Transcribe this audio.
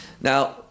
now